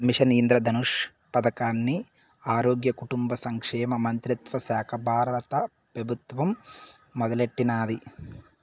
machine Indradhanush పదకాన్ని ఆరోగ్య, కుటుంబ సంక్షేమ మంత్రిత్వశాక బారత పెబుత్వం మొదలెట్టినాది